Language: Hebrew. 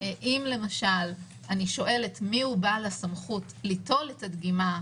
אם למשל אני שואלת מיהו בעל הסמכות ליטול את הדגימה מהנפגע,